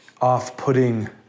off-putting